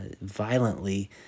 violently